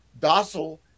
docile